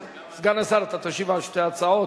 סגן השר, אתה תשיב על שתי הצעות.